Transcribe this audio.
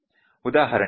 ಉದಾಹರಣೆಗೆ 5